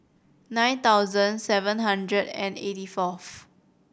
nine thousand seven hundred and eighty fourth